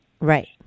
Right